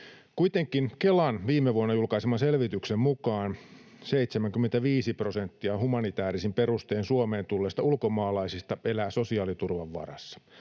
Kuitenkin Kelan viime vuonna julkaiseman selvityksen mukaan 75 prosenttia humanitäärisin perustein Suomeen tulleista ulkomaalaisista elää sosiaaliturvan varassa.